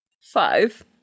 Five